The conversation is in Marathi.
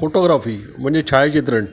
फोटोग्राफी म्हणजे छायाचित्रण